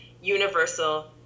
universal